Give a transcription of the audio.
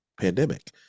pandemic